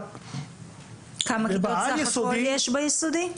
כמה כיתות סך הכול יש ביסודי?